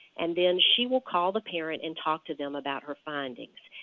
and then she will call the parent and talk to them about her findings.